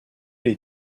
les